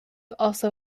also